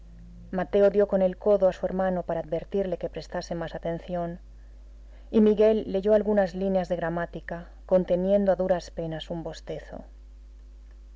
mateo dio con el codo a su hermano para advertirle que prestase más atención y miguel leyó algunas líneas de gramática conteniendo a duras penas un bostezo